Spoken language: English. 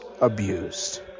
abused